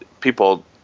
people